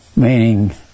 Meaning